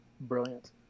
brilliant